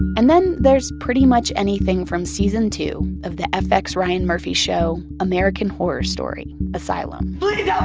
and then there's pretty much anything from season two of the fx ryan murphy show american horror story asylum please yeah